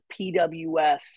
PWS